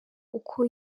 uko